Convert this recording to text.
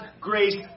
grace